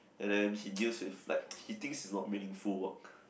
and then he deals with like he thinks it's not meaningful work